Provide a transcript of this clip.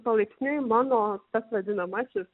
palaipsniui mano tas vadinamasis